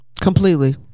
Completely